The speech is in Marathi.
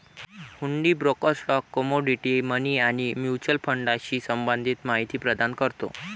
हुंडी ब्रोकर स्टॉक, कमोडिटी, मनी आणि म्युच्युअल फंडाशी संबंधित माहिती प्रदान करतो